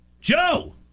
Joe